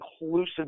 inclusive